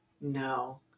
No